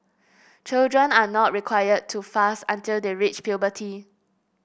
children are not required to fast until they reach puberty